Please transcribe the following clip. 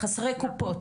חסרי קופות.